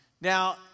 Now